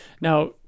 Now